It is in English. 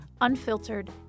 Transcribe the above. unfiltered